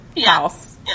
house